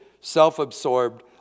self-absorbed